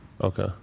Okay